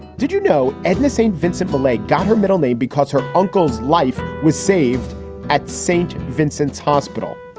did you know edna st. vincent millay got her middle name because her uncle's life was saved at st. vincent's hospital?